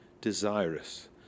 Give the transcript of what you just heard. desirous